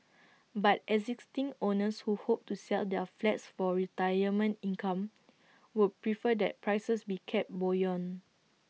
but existing owners who hope to sell their flats for retirement income would prefer that prices be kept buoyant